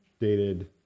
dated